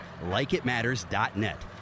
LikeItMatters.net